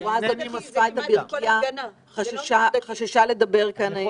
הבחורה הזאת שקיבלה ברכייה חששה לדבר כאן היום.